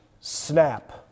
snap